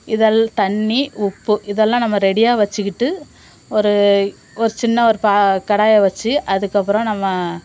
இதில் தண்ணி உப்பு இதெல்லாம் நம்ம ரெடியாக வச்சுக்கிட்டு ஒரு ஒரு சின்ன ஒரு ப கடாய வச்சு அதுக்கப்புறம் நம்ம